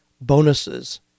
bonuses